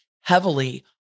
heavily